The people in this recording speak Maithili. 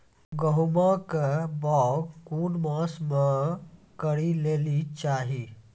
गेहूँमक बौग कून मांस मअ करै लेली चाही?